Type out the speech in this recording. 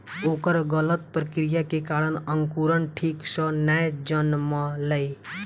ओकर गलत प्रक्रिया के कारण अंकुरण ठीक सॅ नै जनमलै